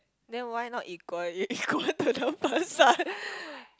then why not equally equal to the person